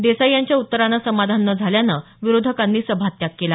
देसाई यांच्या उत्तरानं समाधान नं झाल्यानं विरोधकांनी सभात्याग केला